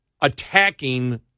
attacking